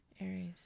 Aries